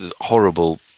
horrible